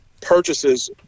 purchases